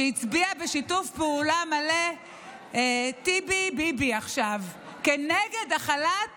שהצביעה בשיתוף פעולה מלא טיבי-ביבי עכשיו כנגד החלת